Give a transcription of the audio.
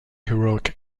heroic